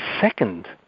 second